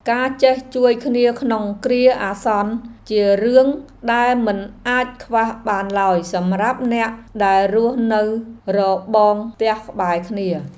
ការចេះជួយគ្នាក្នុងគ្រាអាសន្នជារឿងដែលមិនអាចខ្វះបានឡើយសម្រាប់អ្នកដែលរស់នៅរបងផ្ទះក្បែរគ្នា។